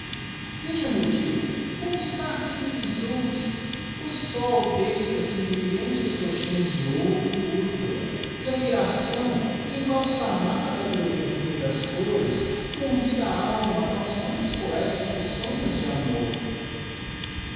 veja meu tio como está aquelle horizonte o sol deita se em brilhantes coxins de ouro e purpura e a viração embalsamada pelo perfume das flores convida a alma aos mais poéticos sonhos de amor